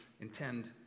intend